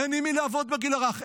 אין עם מי לעבוד בגיל הרך,